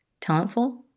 Talentful